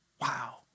Wow